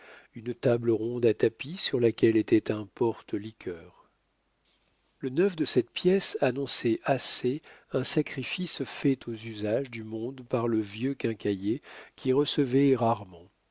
une table ronde à tapis sur laquelle était un porte liqueurs le neuf de cette pièce annonçait assez un sacrifice fait aux usages du monde par le vieux quincaillier qui recevait rarement